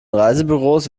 reisebüros